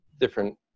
different